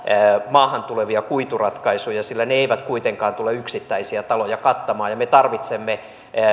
maahan tulevia kuituratkaisuja sillä ne eivät kuitenkaan tule yksittäisiä taloja kattamaan ja me tarvitsemme